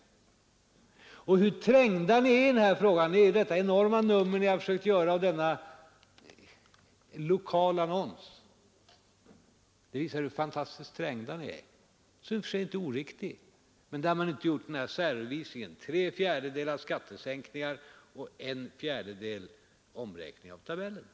Hur fantastiskt trängda ni är i denna fråga framgår av vilket stort nummer ni har försökt göra av denna lokala annons, som i och för sig inte är oriktig, men där man inte gjort särredovisningen att tre fjärdedelar beror på skattesänkning och en fjärdedel beror på omräkningen av tabellerna.